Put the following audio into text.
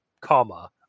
comma